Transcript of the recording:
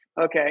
okay